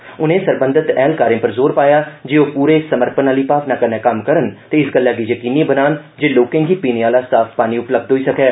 उनें सक्मनें सरबंधत ऐह्लकारें पर जोर पाया जे ओह् पूरे समर्पण आह्ली भावना कन्नै कम्म करन ते इस गल्लै गी यकीनी बनान जे लोकें गी पीने आह्ला साफ पानी उपलब्ध होई सकै